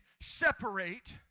separate